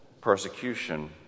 persecution